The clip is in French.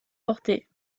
portés